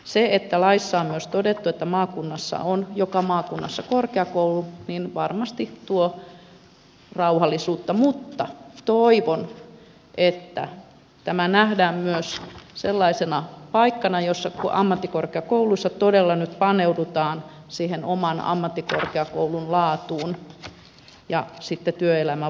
se että laissa on myös todettu että joka maakunnassa on korkeakoulu varmasti tuo rauhallisuutta mutta toivon että tämä nähdään myös sellaisena paikkana että ammattikorkeakouluissa todella nyt paneudutaan siihen oman ammattikorkeakoulun laatuun ja sitten työelämän vastaavuuteen